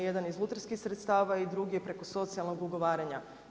Jedan je iz lutrijskih sredstava i drugi je preko socijalnog ugovaranja.